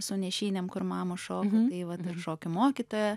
su nešijinėm kur mamos šoka tai vat ir šokių mokytoja